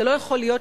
זה לא יכול להיות,